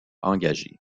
engagé